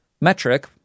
metric